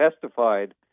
testified